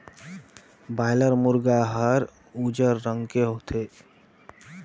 boiler मुरगा हर उजर रंग के होथे